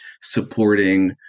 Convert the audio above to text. supporting